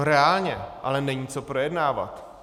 Reálně ale není co projednávat.